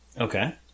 Okay